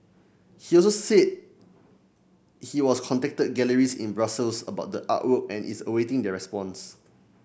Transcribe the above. he also said he was contacted galleries in Brussels about the artwork and is awaiting their response